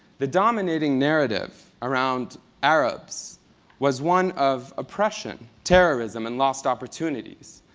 the dominating narrative around arabs was one of oppression, terrorism and lost opportunities.